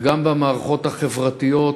וגם במערכות החברתיות,